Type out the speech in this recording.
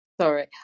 Sorry